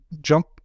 jump